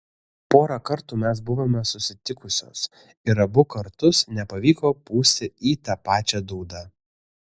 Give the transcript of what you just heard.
porą kartų mes buvome susitikusios ir abu kartus nepavyko pūsti į tą pačią dūdą